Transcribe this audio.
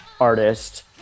artist